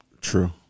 True